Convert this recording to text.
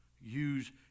use